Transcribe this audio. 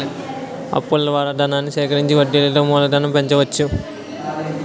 అప్పుల ద్వారా ధనాన్ని సేకరించి వడ్డీలతో మూలధనం పెంచుకోవచ్చు